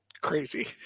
crazy